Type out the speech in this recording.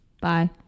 Bye